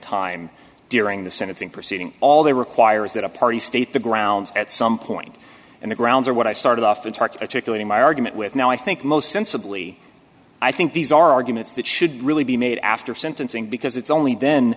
time during the sentencing proceeding all they require is that a party state the grounds at some point and the grounds are what i started off in target articulating my argument with now i think most sensibly i think these are arguments that should really be made after sentencing because it's only then